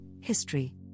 history